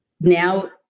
now